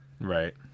Right